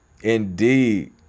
Indeed